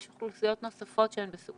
יש אוכלוסיות נוספות שהן בסיכון,